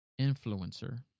influencer